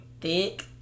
Thick